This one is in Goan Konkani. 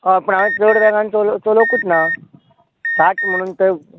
हय पूण हांवेन चड वेगान चलोवकूंच ना साठ म्हणून थंय